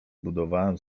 budowałem